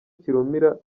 kirumira